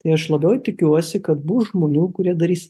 tai aš labiau tikiuosi kad bus žmonių kurie darys